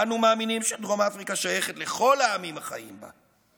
אנו מאמינים שדרום אפריקה שייכת לכל העמים החיים בה.